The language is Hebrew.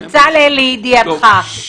בצלאל, לידיעתך.